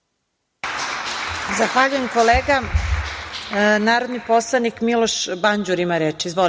Zahvaljujem, kolega. Narodni poslanik Miloš Banđur ima reč.